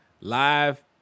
live